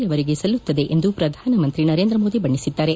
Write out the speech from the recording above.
ಯವರಿಗೆ ಸಲ್ಲುತ್ತದೆ ಎಂದು ಪ್ರಧಾನಮಂತ್ರಿ ನರೇಂದ್ರ ಮೋದಿ ಬಣ್ಣಿಸಿದ್ದಾರೆ